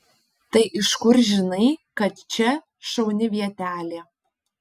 tai iš kur žinai kad čia šauni vietelė